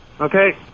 Okay